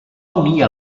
unir